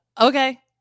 okay